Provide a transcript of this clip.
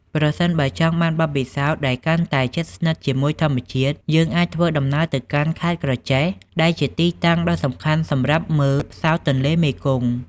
ប្រសិនបើចង់បានបទពិសោធន៍ដែលកាន់តែជិតស្និទ្ធជាមួយធម្មជាតិ យើងអាចធ្វើដំណើរទៅកាន់ ខេត្តក្រចេះ ដែលជាទីតាំងដ៏សំខាន់សម្រាប់មើល ផ្សោតទន្លេមេគង្គ។